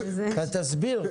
אז תסביר,